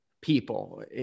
people